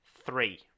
three